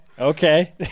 Okay